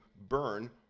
burn